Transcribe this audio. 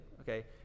Okay